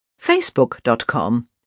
Facebook.com